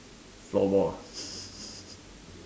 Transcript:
floorball ah